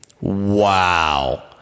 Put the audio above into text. Wow